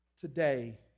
today